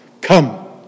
come